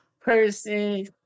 person